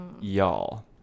Y'all